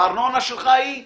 הארנונה שלך היא איקס.